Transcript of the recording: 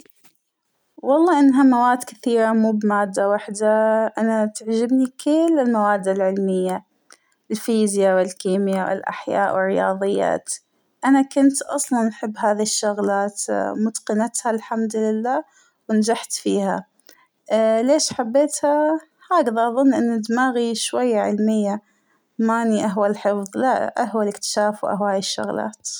والله إنها مواد كثير مو بمادة واحدة ، أنا تعجبنى كل المواد العلمية ، الفيزيا والكميا والأحياء والرياضيات ، أنا كنت أصلاً أحب هذى الشغلات متقنتها الحمد لله ونجحت فيها ، اا- ليش حبيتها هكذا أظن إن دماغى شوى علمية ، مانى أهوى الحفظ لا أهوى الإكتشاف وأهوى هاى الشغلات.